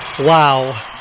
wow